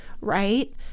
right